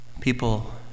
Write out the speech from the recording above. People